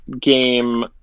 game